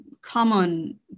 common